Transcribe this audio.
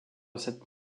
cette